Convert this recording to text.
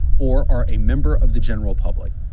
or are a member of the general public.